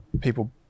people